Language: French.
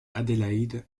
adélaïde